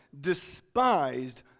despised